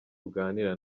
uganira